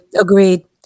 Agreed